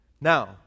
Now